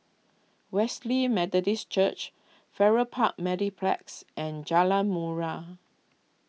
Wesley Methodist Church Farrer Park Mediplex and Jalan Murai